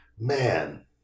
man